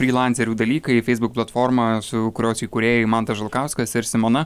frylancerių dalykai facebook platforma su kurios įkūrėjai mantas žalkauskas ir simona